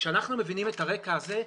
כשאנחנו מבינים את הרקע הזה,